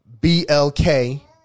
B-L-K